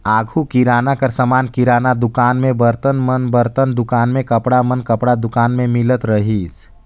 आघु किराना कर समान किराना दुकान में, बरतन मन बरतन दुकान में, कपड़ा मन कपड़ा दुकान में मिलत रहिस